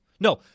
No